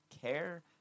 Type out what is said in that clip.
care